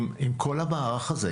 עם כל המערך הזה,